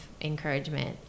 encouragement